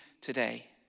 today